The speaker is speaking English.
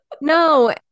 No